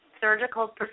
surgical